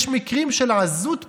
יש מקרים של עזות פנים,